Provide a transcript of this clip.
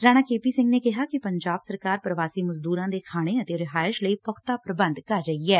Rana K P Singh ਨੇ ਕਿਹਾ ਕਿ ਪੰਜਾਬ ਸਰਕਾਰ ਪ੍ਰਵਾਸੀ ਮਜ਼ਦੁਰਾਂ ਦੇ ਖਾਣੇ ਅਤੇ ਰਿਹਾਇਸ਼ ਲਈ ਪੁਖਤਾ ਪ੍ਬੰਧ ਕਰ ਰਹੀ ਐ